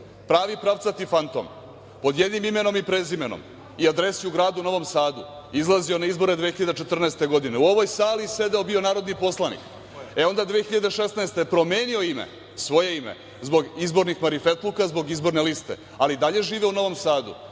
pravi pravcati fantom. Pod jednim imenom i prezimenom i adresi u gradu Novom Sadu izlazio je na izbore 2014. godine, u ovoj sali sedeo i bio narodni poslanik, a onda je 2016. godine promenio ime, svoje ime, zbog izbornih marifetluka, zbog izborne liste, ali i dalje živi u Novom Sadu,